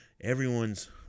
everyone's